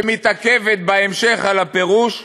שמתעכבת בהמשך על הפירוש: